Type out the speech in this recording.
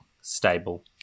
stable